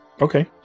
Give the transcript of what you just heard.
Okay